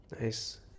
nice